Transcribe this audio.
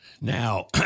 Now